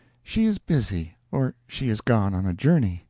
she is busy, or she is gone on a journey,